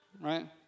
right